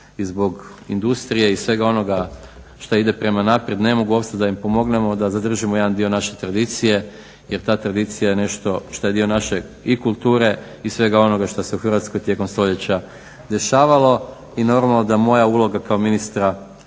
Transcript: i zbog industrije i svega onoga što ide prema naprijed ne mogu opstati da im pomognemo da zadržimo jedan dio naše tradicije jer ta tradicija je nešto što je dio naše i kulture i svega onoga što se u Hrvatskoj tijekom stoljeća dešavalo. I normalno da moja uloga kao ministra